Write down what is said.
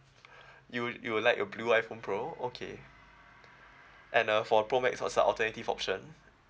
you'd you'd like a blue iphone pro okay and uh for pro max what's the alternative option